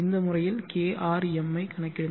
இந்த முறையில் K R M ஐ கணக்கிடுங்கள்